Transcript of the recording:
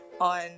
on